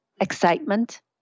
excitement